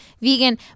vegan